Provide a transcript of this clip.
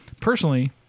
personally